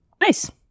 Nice